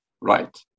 right